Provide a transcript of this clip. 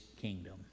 kingdom